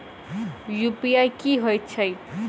UPI की हएत छई?